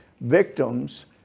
victims